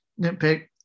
nitpick